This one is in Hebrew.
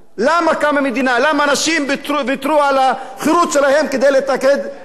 למה אנשים ויתרו על החירות שלהם כדי להתאגד בתוך מדינה?